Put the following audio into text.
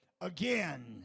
again